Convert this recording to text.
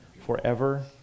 forever